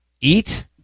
eat